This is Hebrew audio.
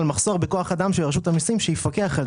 מחסור בכוח אדם של רשות המיסים שיפקח על זה.